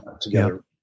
together